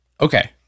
Okay